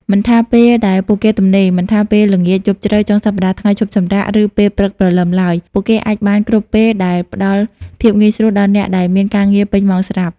មិនថាពេលដែលពួកគេទំនេរ មិនថាពេលល្ងាច យប់ជ្រៅ ចុងសប្តាហ៍ ថ្ងៃឈប់សម្រាក ឬពេលព្រឹកព្រលឹមឡើយពួកគេអាចបានគ្រប់ពេលដែលផ្តល់ភាពងាយស្រួលដល់អ្នកដែលមានការងារពេញម៉ោងស្រាប់។